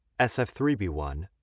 SF3B1